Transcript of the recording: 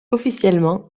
officiellement